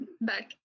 back